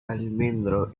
almendro